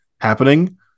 happening